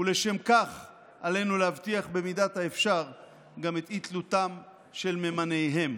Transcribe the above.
ולשם כך עלינו להבטיח במידת האפשר גם את אי תלותם של ממניהם".